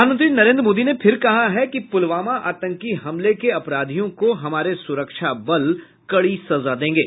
प्रधानमंत्री नरेन्द्र मोदी ने फिर कहा है कि पुलवामा आतंकी हमले के अपराधियों को हमारे सुरक्षा बल कड़ी सजा देंगे